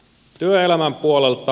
työelämän puolelta